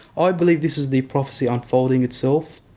i believe this is the prophesy unfolding itself.